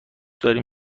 داریم